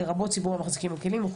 לרבות ציבור המחזיקים בכלים,